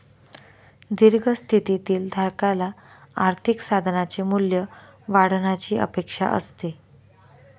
दीर्घ स्थितीतील धारकाला आर्थिक साधनाचे मूल्य वाढण्याची अपेक्षा असते